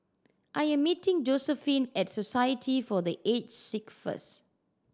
I am meeting Josephine at Society for The Age Sick first